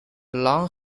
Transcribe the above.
long